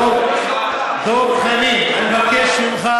דב, תקשיב.